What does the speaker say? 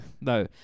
no